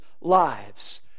lives